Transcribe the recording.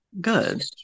Good